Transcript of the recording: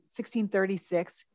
1636